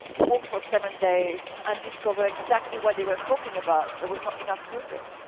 walked for seven days, and discovered exactly what they were talking about. there was not enough food there.